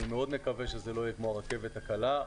אני מאוד מקווה שזה לא יהיה כמו הרכבת הקלה,